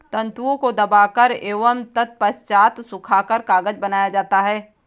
तन्तुओं को दबाकर एवं तत्पश्चात सुखाकर कागज बनाया जाता है